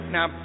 Now